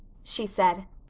she said.